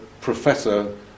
professor